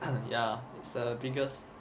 yeah it's the biggest